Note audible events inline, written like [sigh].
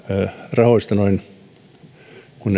rahoista kun [unintelligible]